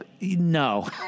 no